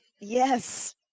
Yes